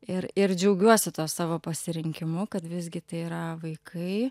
ir ir džiaugiuosi tuo savo pasirinkimu kad visgi tai yra vaikai